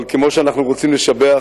אבל כמו שאנחנו רוצים לשבח,